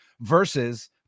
versus